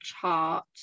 chart